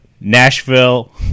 Nashville